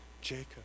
Jacob